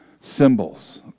symbols